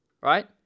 right